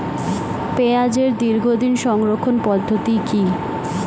পেঁয়াজের দীর্ঘদিন সংরক্ষণ পদ্ধতি কি?